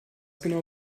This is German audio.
genau